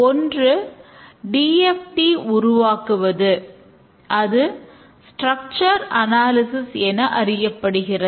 ஒன்று D F T மாற்றப்படுகிறது